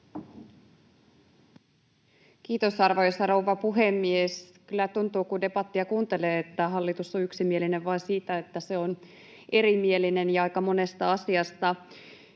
Kiitos, arvoisa rouva puhemies! Kyllä tuntuu, kun debattia kuuntelee, että hallitus on yksimielinen vain siitä, että se on erimielinen ja aika monesta asiasta.